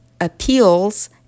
appeals